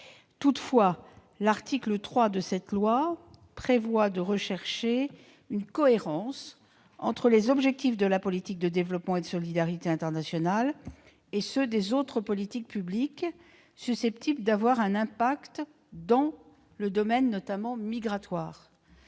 Toutefois, l'article 3 de cette loi prévoit de rechercher une cohérence entre les objectifs de la politique de développement et de solidarité internationale et ceux des autres politiques publiques susceptibles d'avoir un impact dans le domaine migratoire.